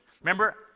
Remember